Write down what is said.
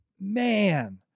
man